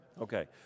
Okay